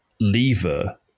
lever